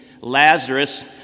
Lazarus